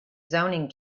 zoning